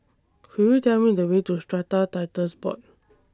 Could YOU Tell Me The Way to Strata Titles Board